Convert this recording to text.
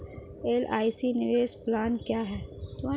LIC निवेश plan क्या है?